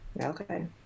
okay